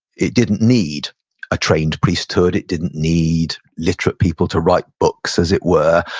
it didn't need a trained priesthood. it didn't need literate people to write books as it were,